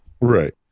Right